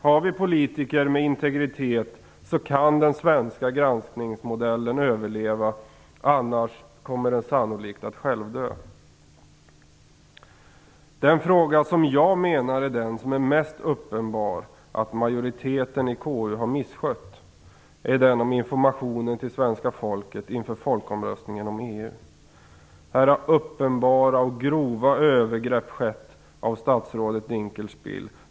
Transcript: Har vi politiker med integritet kan den svenska granskningsmodellen överleva, annars kommer den sannolikt att självdö. Den fråga som jag menar är mest uppenbar att majoriteten i KU har misskött är den om informationen till svenska folket inför folkomröstningen om EU. Här har uppenbara och grova övergrepp skett av statsrådet Dinkelspiel.